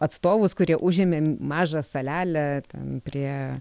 atstovus kurie užėmėm mažą salelę ten prie